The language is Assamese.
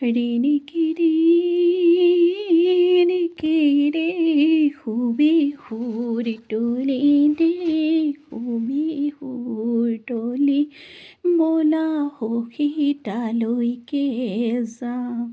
ৰিণিকি ৰিণিকি দেখোঁ বিহুৰ তলী দেখোঁ বিহুৰ তলী ব'লা সখী তালৈকে যাওঁ